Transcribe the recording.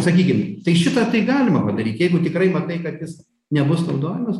sakykim tai šitą tai galima padaryt jeigu tikrai matai kad jis nebus naudojamas